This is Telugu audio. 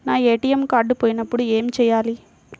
నా ఏ.టీ.ఎం కార్డ్ పోయినప్పుడు ఏమి చేయాలి?